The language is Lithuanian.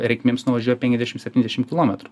reikmėms nuvažiuoja penkiasdešim septyniasdešim kilometrų